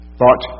thought